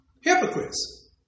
hypocrites